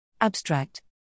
Abstract